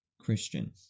Christian